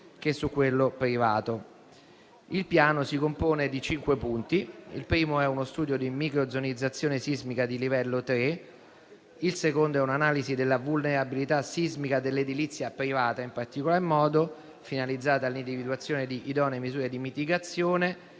che privato. Il piano si compone di cinque punti: il primo è uno studio di microzonizzazione sismica di livello tre. Il secondo è un'analisi della vulnerabilità sismica dell'edilizia privata, in particolar modo finalizzata all'individuazione di idonee misure di mitigazione